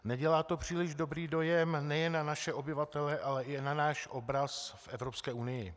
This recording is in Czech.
Nedělá to příliš dobrý dojem nejen na naše obyvatele, ale i na náš obraz v Evropské unii.